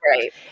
Right